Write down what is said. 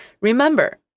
Remember